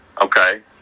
Okay